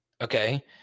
okay